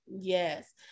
yes